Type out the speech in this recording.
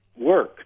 work